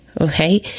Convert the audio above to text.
okay